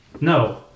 No